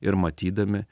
ir matydami